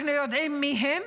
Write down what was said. אנחנו יודעים מי הם,